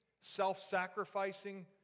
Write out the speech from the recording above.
self-sacrificing